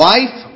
Life